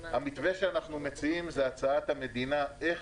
המתווה שאנחנו מציעים הוא הצעת המדינה איך